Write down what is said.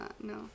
No